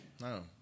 No